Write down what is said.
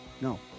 no